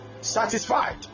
satisfied